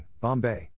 Bombay